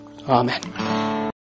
Amen